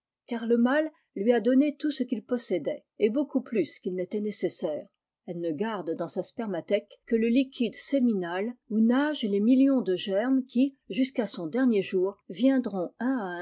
car le mâle lui a donné tout ce qu'il possédait et beaucoup plus qu'il n'était nécessaire elle ne garde dans sa spermathèque que le liquide séminal où nagent les millions de germes qui jusqu'à son dernier jour viendront